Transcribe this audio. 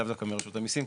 לאו דווקא מרשות המיסים,